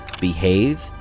Behave